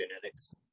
genetics